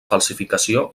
falsificació